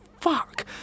fuck